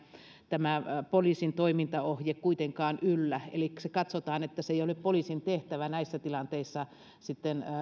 tämä poliisin toimintaohje kuitenkaan yllä elikkä katsotaan että ei ei ole poliisin tehtävä näissä tilanteissa